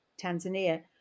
Tanzania